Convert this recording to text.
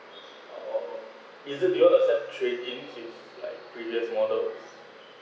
oh is it you all accept trade in things like previous model